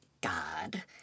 God